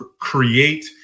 create